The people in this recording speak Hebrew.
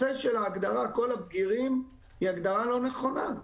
ההגדרה של "כל הבגירים" היא הגדרה לא נכונה.